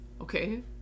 Okay